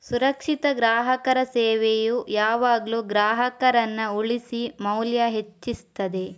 ಸುರಕ್ಷಿತ ಗ್ರಾಹಕರ ಸೇವೆಯು ಯಾವಾಗ್ಲೂ ಗ್ರಾಹಕರನ್ನ ಉಳಿಸಿ ಮೌಲ್ಯ ಹೆಚ್ಚಿಸ್ತದೆ